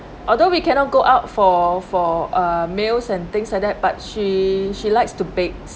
although we cannot go out for for uh meals and things like that but she she likes to bakes